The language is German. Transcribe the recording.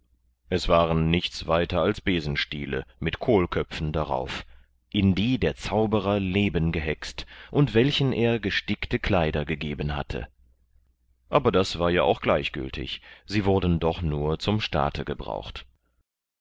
es waren nichts weiter als besenstiele mit kohlköpfen darauf in die der zauberer leben gehext und welchen er gestickte kleider gegeben hatte aber das war ja auch gleichgültig sie wurden doch nur zum staate gebraucht